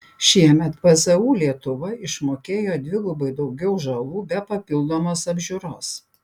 šiemet pzu lietuva išmokėjo dvigubai daugiau žalų be papildomos apžiūros